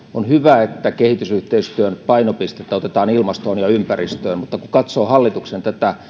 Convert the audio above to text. hyvä että kehitysyhteistyön painopistettä siirretään ilmastoon ja ympäristöön mutta kun katsoo hallituksessa